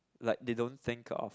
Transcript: like they don't think of